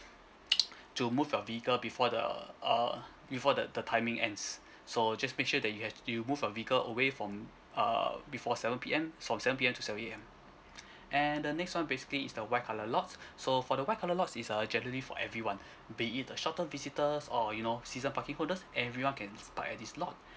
to move your vehicle before the err before the the timing ends so just make sure that you have you move your vehicle away from err before seven P_M from seven P_M to seven A_M and the next one basically is the white colour lots so for the white colour lots is uh generally for everyone be it the short term visitors or you know season parking holders everyone can buy this lot